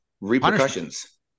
repercussions